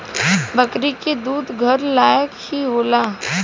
बकरी के दूध घर लायक ही होला